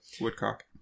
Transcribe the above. Woodcock